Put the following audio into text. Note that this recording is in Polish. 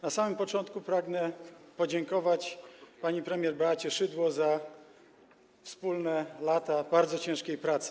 Na samym początku pragnę podziękować pani premier Beacie Szydło za wspólne lata bardzo ciężkiej pracy.